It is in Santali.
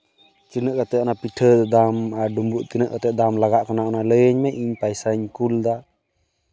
ᱛᱤᱱᱟᱹᱜ ᱠᱟᱛᱮ ᱚᱱᱟ ᱯᱤᱴᱷᱟᱹ ᱫᱟᱢ ᱟᱨ ᱰᱩᱢᱵᱩᱜ ᱛᱤᱱᱟᱹᱜ ᱠᱟᱛᱮ ᱫᱟᱢ ᱞᱟᱜᱟᱜ ᱠᱟᱱᱟ ᱚᱱᱟ ᱞᱟᱹᱭᱟᱹᱧ ᱢᱮ ᱤᱧ ᱯᱚᱭᱥᱟᱧ ᱠᱩᱞ ᱮᱫᱟ